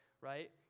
right